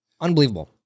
Unbelievable